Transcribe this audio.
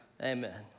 Amen